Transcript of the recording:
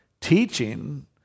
teaching